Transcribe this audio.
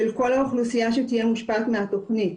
של כל האוכלוסייה שתהיה מושפעת מהתכנית,